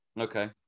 Okay